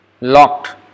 Locked